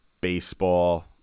baseball